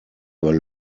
were